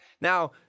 Now